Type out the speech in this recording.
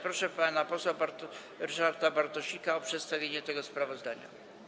Proszę pana posła Ryszarda Bartosika o przedstawienie tego sprawozdania.